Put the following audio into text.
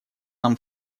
нам